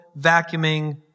vacuuming